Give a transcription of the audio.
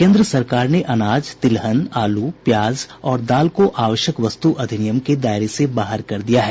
केन्द्र सरकार ने अनाज तिलहन आलू प्याज और दाल को आवश्यक वस्तु अधिनियम के दायरे से बाहर कर दिया है